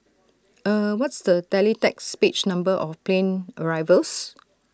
eh what's the teletext page number of plane arrivals